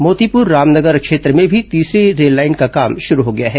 मोतीपुर रामनगर क्षेत्र में भी तीसरी रेललाइन का काम शुरू हो गया है